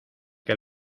que